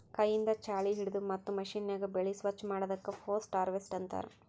ಕೈಯಿಂದ್ ಛಾಳಿ ಹಿಡದು ಮತ್ತ್ ಮಷೀನ್ಯಾಗ ಬೆಳಿ ಸ್ವಚ್ ಮಾಡದಕ್ ಪೋಸ್ಟ್ ಹಾರ್ವೆಸ್ಟ್ ಅಂತಾರ್